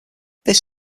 this